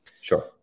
Sure